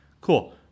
cool